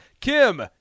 Kim